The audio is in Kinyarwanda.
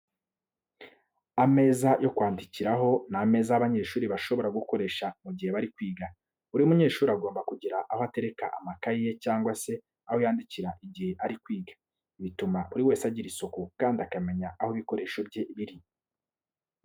Ameza yo kwandikiraho ni ameza abanyeshuri bashobora gukoresha mu gihe bari kwiga. Buri munyeshuri agomba kugira aho atereka amakayi ye cyangwa se aho yandikira igihe ari kwiga. Ibi bituma buri wese agira isuku, kandi akamenya aho ibikoresho bye biri.